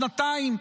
שנתיים,